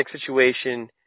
situation